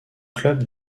clubs